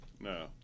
No